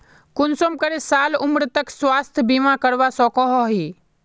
कुंसम करे साल उमर तक स्वास्थ्य बीमा करवा सकोहो ही?